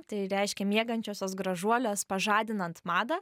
tai reiškia miegančiosios gražuolės pažadinant madą